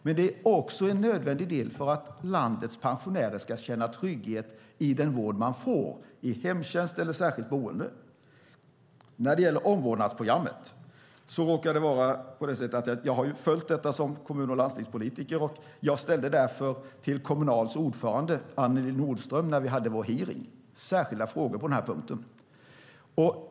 Den är också en nödvändig del för att landets pensionärer ska känna trygghet i den vård de får i hemtjänsten eller i särskilt boende. Omvårdnadsprogrammet råkar jag ha följt som kommun och landstingspolitiker. När vi hade vår hearing ställde jag därför särskilda frågor till Kommunals ordförande Annelie Nordström på den här punkten.